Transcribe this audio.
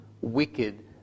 wicked